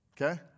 Okay